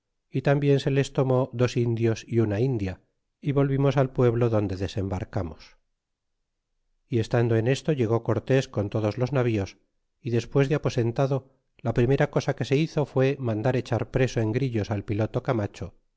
e bien se les tomó dos l'odies y una india y volvimos al pueblo donde desembarcamos y estando en m o llegó cortés con todos los navíos y despues de apoienlado la primera cosa que se hizo fué mandar eehar preso en grillos al piloto camacho